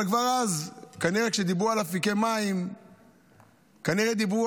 אבל כבר אז כשדיברו על אפיקי מים כנראה דיברו